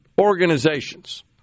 organizations